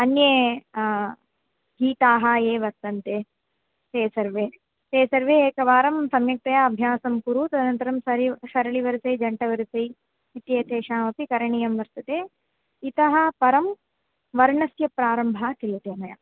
अन्ये हीताः ये वर्तन्ते ते सर्वे ते सर्वे एकवारं सम्यक्तया अभ्यासं कुरु तदनन्तरं सरि शरलिवृसै जण्टवृसै इत्येतेषामपि करणीयं वर्तते इतः परं वर्णस्य प्रारम्भः क्रियते मया